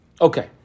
Okay